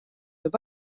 võib